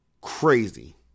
Crazy